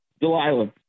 Delilah